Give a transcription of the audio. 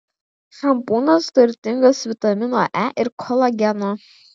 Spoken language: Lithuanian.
šampūnas turtingas vitamino e ir kolageno